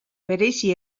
bereizi